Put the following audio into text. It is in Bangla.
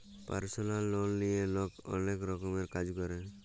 পারসলাল লল লিঁয়ে লক অলেক রকমের কাজ ক্যরে